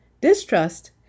distrust